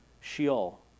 Sheol